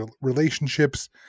relationships